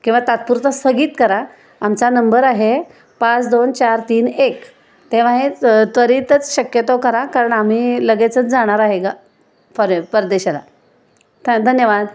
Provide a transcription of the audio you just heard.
किंवा तात्पुरता स्थगित करा आमचा नंबर आहे पाच दोन चार तीन एक तेव्हा हे त्वरीतच शक्यतो करा कारण आम्ही लगेचच जाणार आहे गा पर परदेशाला थॅ धन्यवाद